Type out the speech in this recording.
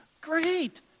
Great